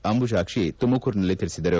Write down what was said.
ಅಂಜುಜಾಕ್ಷಿ ತುಮಕೂರಿನಲ್ಲಿಂದು ತಿಳಿಸಿದರು